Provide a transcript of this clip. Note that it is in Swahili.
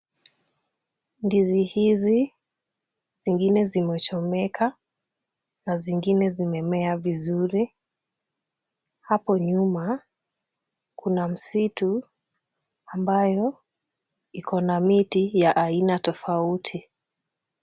Ndizi hizi zingine zimechomeka na zingine zimemea vizuri. Hapo nyuma kuna msitu ambayo iko na miti ya aina tofauti.